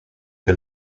que